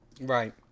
right